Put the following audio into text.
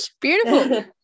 Beautiful